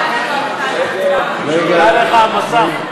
נכבה לך המסך.